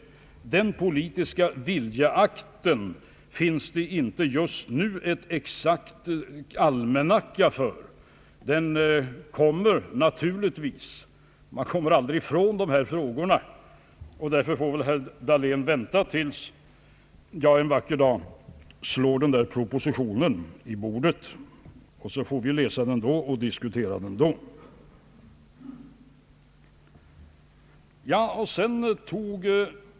Den politiska viljeakten finns det just nu ingen exakt almanacka för. Den kommer naturligtvis, ty man kommer aldrig ifrån dessa frågor, och herr Dahlén får väl vänta tills jag en vacker dag slår propositionen i bordet. Då får vi diskutera framlagda förslag och ta ställning till dem.